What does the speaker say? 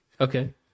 Okay